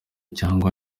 cyangwa